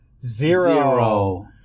zero